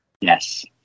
Yes